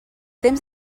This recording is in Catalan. temps